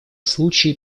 случаи